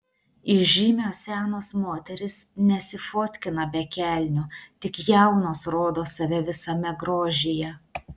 įžymios senos moterys nesifotkina be kelnių tik jaunos rodo save visame grožyje